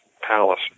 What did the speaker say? palace